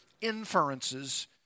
inferences